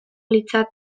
litzaioke